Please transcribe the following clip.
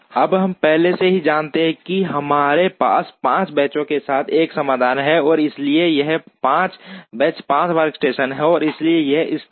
तब हम पहले से ही जानते हैं कि हमारे पास 5 बेंचों के साथ एक समाधान है और इसलिए यह 5 बेंच 5 वर्कस्टेशन हैं और इसलिए यह इष्टतम है